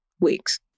weeks